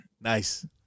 Nice